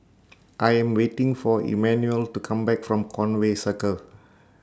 I Am waiting For Emanuel to Come Back from Conway Circle